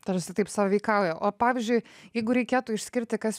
tarsi taip sąveikauja o pavyzdžiui jeigu reikėtų išskirti kas